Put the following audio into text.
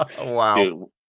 wow